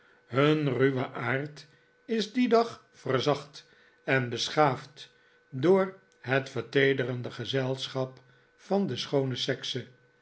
hun ruwe aard is dien dag verzacht en beschaafd door het verteederende gezelschap van de schoone sekse